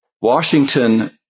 Washington